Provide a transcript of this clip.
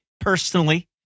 personally